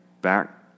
back